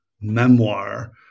memoir